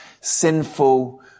sinful